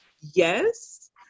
yes